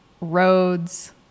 roads